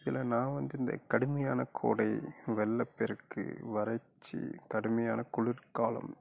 இதில் நான் வந்து இந்த கடுமையான கோடை வெள்ளப்பெருக்கு வறட்சி கடுமையான குளிர்காலம்